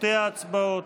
שתי ההצבעות.